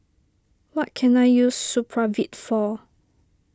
what can I use Supravit for